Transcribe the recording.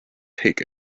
take